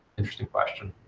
interesting question.